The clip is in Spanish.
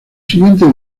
siguiente